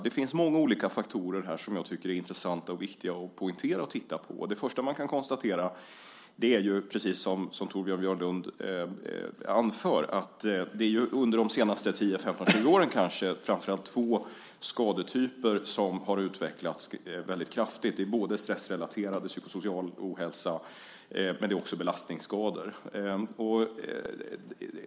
Det finns många olika faktorer som jag tycker är intressanta och viktiga att poängtera och titta på. Det första man kan konstatera är, precis som Torbjörn Björlund anför, att det under de senaste 10, 15, 20 åren kanske framför allt är två skadetyper som har utvecklats väldigt kraftigt. Det är stressrelaterad, psykosocial, ohälsa, men det är också belastningsskador.